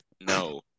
no